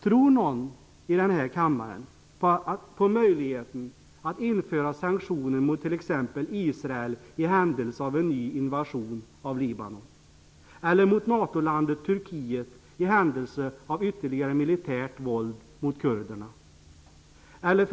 Tror någon i denna kammare på möjligheten att införa sanktioner mot t.ex. Israel i händelse av att Israel genomför en ny invasion av Libanon eller mot NATO-landet Turkiet i händelse av ytterligare militärt våld mot kurderna?